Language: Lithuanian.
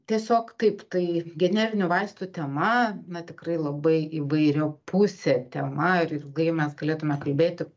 tiesiog taip tai generinių vaistų tema na tikrai labai įvairiapusė tema ir ilgai mes galėtume kalbėti